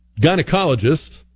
gynecologist